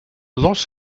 lot